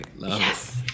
yes